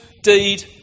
deed